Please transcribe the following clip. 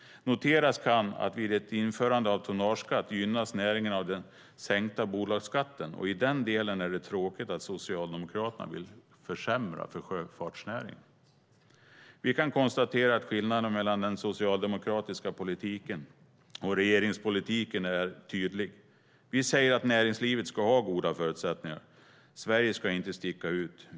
Noteras kan att vid ett införande av tonnageskatt gynnas näringen av den sänkta bolagsskatten, och i den delen är det tråkigt att Socialdemokraterna vill försämra för sjöfartsnäringen. Vi kan konstatera att skillnaden mellan den socialdemokratiska politiken och regeringspolitiken är tydlig. Vi säger att näringslivet ska ha goda förutsättningar. Sverige ska inte sticka ut.